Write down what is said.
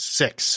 six